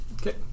Okay